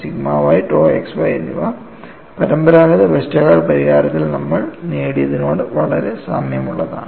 sigma y tau xy എന്നിവ പരമ്പരാഗത Westergaard പരിഹാരത്തിൽ നമ്മൾ നേടിയതിനോട് വളരെ സാമ്യമുള്ളതാണ്